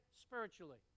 spiritually